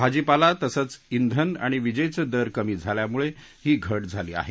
भाजीपाला तसंच इंधन आणि विजेचे दर कमी झाल्यामुळे ही घट झाली आहे